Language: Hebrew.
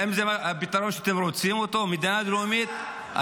האם זה הפתרון שאתם רוצים, מדינה דו-לאומית?